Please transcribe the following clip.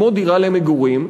כמו דירה למגורים,